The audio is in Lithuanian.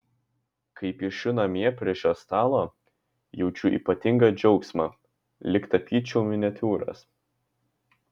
kai piešiu namie prie šio stalo jaučiu ypatingą džiaugsmą lyg tapyčiau miniatiūras